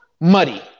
muddy